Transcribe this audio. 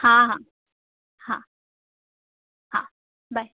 हां हां हां हां बाय